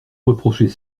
reprocher